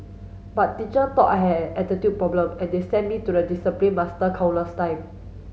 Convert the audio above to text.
but teacher thought I had an attitude problem and they sent me to the discipline master countless time